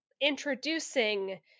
introducing